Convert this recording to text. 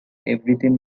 everything